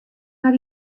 har